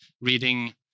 reading